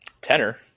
Tenor